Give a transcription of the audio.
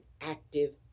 active